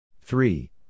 three